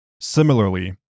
Similarly